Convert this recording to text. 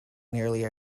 nearly